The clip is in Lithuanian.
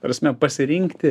prasme pasirinkti